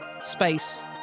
space